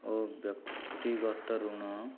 ଓ ବ୍ୟକ୍ତିଗତ ଋଣ